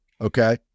Okay